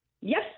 Yes